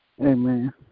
Amen